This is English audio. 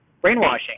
brainwashing